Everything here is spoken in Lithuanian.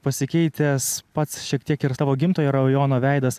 pasikeitęs pats šiek tiek ir savo gimtojo rajono veidas